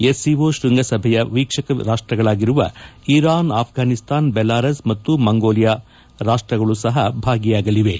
SCO ಶ್ಬಂಗಸಭೆಯ ವೀಕ್ಷಕ ರಾಷ್ಟಗಳಾಗಿರುವ ಇರಾನ್ ಆಪ್ಟಾನಿಸ್ತಾನ್ ಬೆಲರಾಸ್ ಮತ್ತು ಮಂಗೋಲಿಯಾ ರಾಷ್ಟಗಳು ಸಹ ಭಾಗಿಯಾಗಲಿವೆ